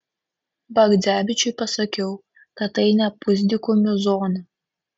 bagdzevičiui pasakiau kad tai ne pusdykumių zona